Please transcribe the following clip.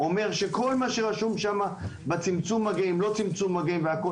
שאומר שכל מה שרשום שם בצמצום המגעים/לא מצמום מגעים והכל,